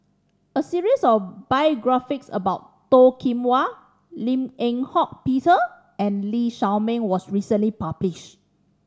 a series of biographies about Toh Kim Hwa Lim Eng Hock Peter and Lee Shao Meng was recently publish